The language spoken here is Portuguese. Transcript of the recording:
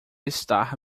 estar